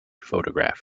photograph